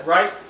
Right